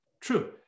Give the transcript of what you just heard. true